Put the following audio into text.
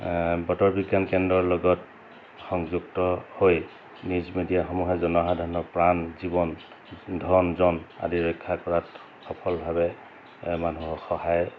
বতৰ বিজ্ঞান কেন্দ্ৰৰ লগত সংযুক্ত হৈ নিউজ মিডিয়াসমূহে জনসাধাৰণৰ প্ৰাণ জীৱন ধন জন আদি ৰক্ষা কৰাত সফলভাৱে মানুহক সহায়